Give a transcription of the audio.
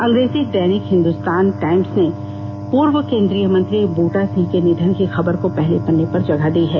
अंग्रेजी दैनिक हिन्दुस्तान टाईम्स ने पूर्व केन्द्रीय गृहमंत्री बूटा सिंह के निघन की खबर को पहले पन्ने पर जगह दी है